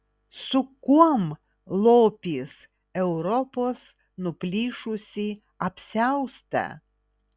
su kuom lopys europos nuplyšusį apsiaustą